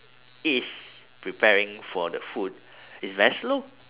is preparing for the food is very slow